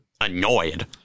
annoyed